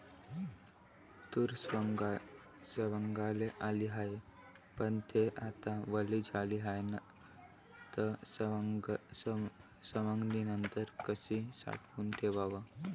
तूर सवंगाले आली हाये, पन थे आता वली झाली हाये, त सवंगनीनंतर कशी साठवून ठेवाव?